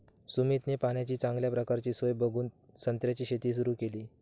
सुमितने पाण्याची चांगल्या प्रकारची सोय बघून संत्र्याची शेती सुरु केली